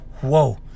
whoa